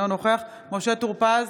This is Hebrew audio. אינו נוכח משה טור פז,